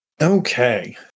Okay